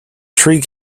tree